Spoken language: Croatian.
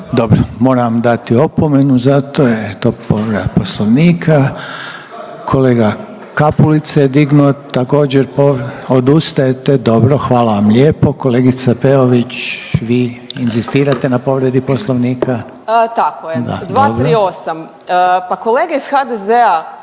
Dobro. Moram vam dati opomenu zato jer je to povreda Poslovnika. Kolega Kapulica je dignuo također. Odustajete? Dobro, hvala vam lijepo. Kolegice Peović vi inzistirate na povredi Poslovnika? **Peović, Katarina